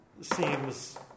seems